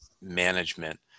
management